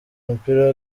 umupira